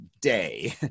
day